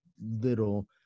little